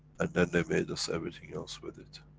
and then they made us everything else with it.